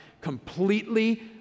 Completely